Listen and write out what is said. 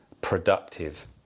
productive